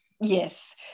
Yes